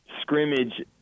scrimmage